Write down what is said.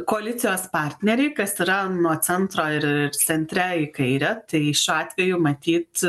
koalicijos partneriai kas yra nuo centro ir centre į kairę tai šiuo atveju matyt